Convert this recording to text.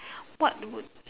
what would